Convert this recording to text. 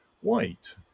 white